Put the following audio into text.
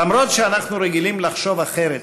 אף על פי שאנחנו רגילים לחשוב אחרת,